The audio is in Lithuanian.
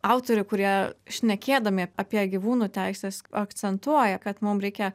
autorių kurie šnekėdami apie gyvūnų teises akcentuoja kad mum reikia